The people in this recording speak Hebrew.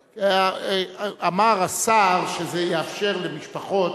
אמר השר שזה יאפשר למשפחות,